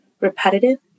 Repetitive